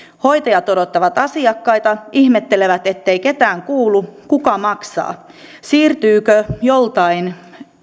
hoitajat odottavat asiakkaita ihmettelevät ettei ketään kuulu kuka maksaa siirtyykö joltain